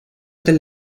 del